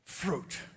Fruit